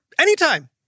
anytime